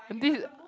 and this is